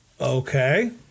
Okay